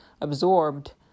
absorbed